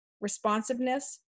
responsiveness